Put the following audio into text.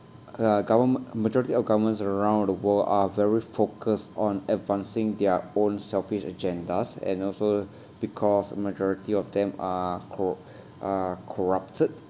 uh governme~ majority of governments around the world are very focused on advancing their own selfish agendas and also because majority of them are cor~ are corrupted